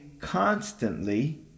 constantly